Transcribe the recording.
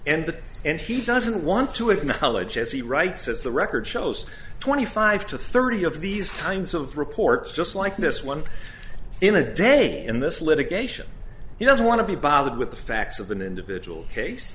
the and he doesn't want to acknowledge as he writes as the record shows twenty five to thirty of these kinds of reports just like this one in a day in this litigation he doesn't want to be bothered with the facts of an individual case